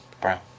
Brown